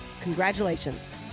Congratulations